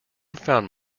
found